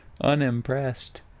unimpressed